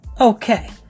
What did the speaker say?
Okay